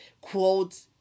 quote